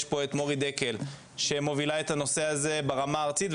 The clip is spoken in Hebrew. יש פה מור דקל שמובילה את הנושא הזה ברמה הארצית,